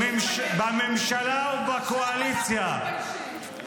בממשלה ובקואליציה -- עכשיו אנחנו מתביישים.